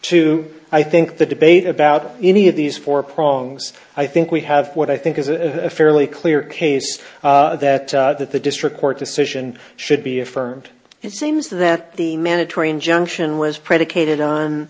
to i think the debate about any of these four prongs i think we have what i think is a fairly clear case that that the district court decision should be affirmed it seems that the mandatory injunction was predicated on